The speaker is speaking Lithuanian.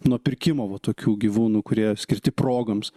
nuo pirkimo va tokių gyvūnų kurie skirti progoms